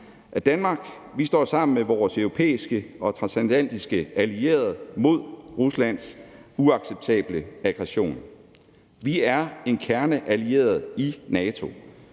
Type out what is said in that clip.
at Danmark står sammen med vores europæiske og transatlantiske allierede mod Ruslands uacceptable aggression. Vi er en kerneallieret i NATO,